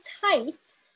tight